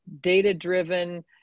data-driven